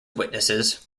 witnesses